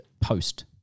Post